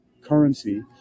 currency